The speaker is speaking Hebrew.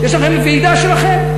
יש לכם ועידה שלכם.